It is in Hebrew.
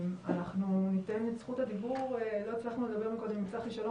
ניתן את זכות הדיבור לצחי שלום,